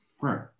Right